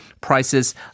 prices